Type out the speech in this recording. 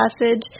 passage